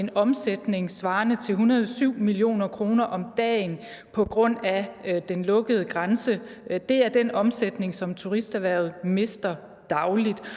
en omsætning svarende til 107 mio. kr. om dagen på grund af den lukkede grænse. Det er den omsætning, som turisterhvervet mister dagligt.